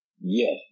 Yes